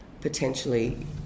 potentially